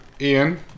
Ian